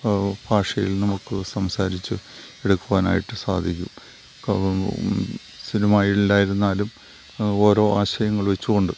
ഭാഷയിൽ നമുക്ക് സംസാരിച്ചു എടുക്കുവാനായിട്ട് സാധിക്കും സിനിമയിൽ ആയിരുന്നാലും ഓരോ ആശയങ്ങൾ വച്ചുകൊണ്ട്